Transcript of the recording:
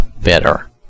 better